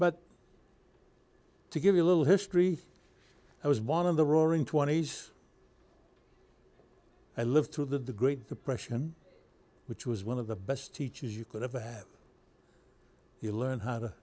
but to give you a little history i was one of the roaring twenty's i lived through the great depression which was one of the best teachers you could ever have you learn how to